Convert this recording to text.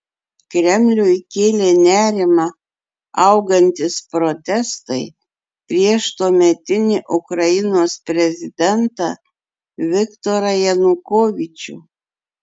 kremliui kėlė nerimą augantys protestai prieš tuometinį ukrainos prezidentą viktorą janukovyčių